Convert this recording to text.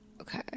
Okay